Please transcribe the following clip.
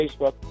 Facebook